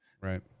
Right